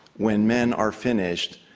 when men are finished,